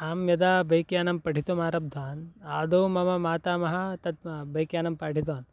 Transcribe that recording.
अहं यदा बैक्यानं पठितुम् आरब्धवान् आदौ मम मातामहः तत् बैक्यानं पाठितवान्